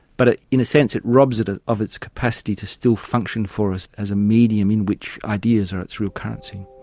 but ah in a sense it robs it ah of its capacity to still function for us as a medium in which ideas are its real currency.